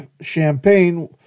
Champagne